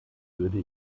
würde